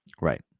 right